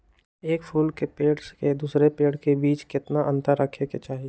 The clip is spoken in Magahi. एक फुल के पेड़ के दूसरे पेड़ के बीज केतना अंतर रखके चाहि?